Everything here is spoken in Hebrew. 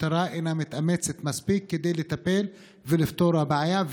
המשטרה אינה מתאמצת מספיק כדי לטפל ולפתור את הבעיה.